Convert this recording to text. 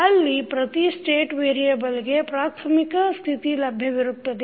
ಅಲ್ಲಿ ಪ್ರತಿ ಸ್ಟೇಟ್ ವೇರಿಯೆಬಲ್ಗೆ ಪ್ರಾರ್ಥಮಿಕ ಸ್ಥಿತಿ ಲಭ್ಯವಿರುತ್ತದೆ